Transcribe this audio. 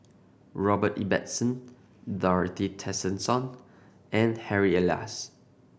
Robert Ibbetson Dorothy Tessensohn and Harry Elias